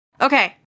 Okay